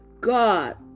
God